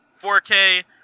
4k